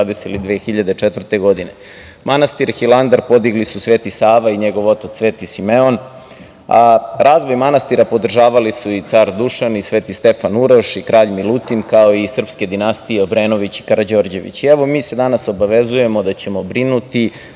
2004. godine. Manastir Hilandar podigli su Sv. Sava i njegov otac Sv. Simeom, a razvoj manastira podržavali su i car Dušan i Sv. Stefan Uroš i kralj Milutin, kao i srpske dinastije Obrenović i Karađorđević. Mi se danas obavezujemo da ćemo brinuti,